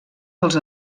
els